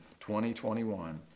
2021